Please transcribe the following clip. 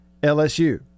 LSU